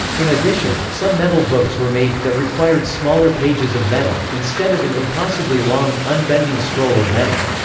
in addition, some metal books were made, that required smaller pages of metal, instead of an impossibly long, unbending scroll of metal.